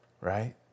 right